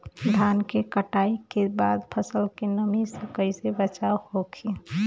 धान के कटाई के बाद फसल के नमी से कइसे बचाव होखि?